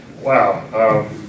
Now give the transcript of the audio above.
wow